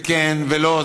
וכן ולא.